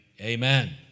amen